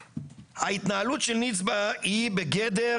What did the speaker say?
ההתנהלות של נצבא היא בגדר